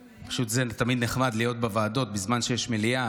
פשוט זה תמיד נחמד להיות בוועדות בזמן שיש מליאה,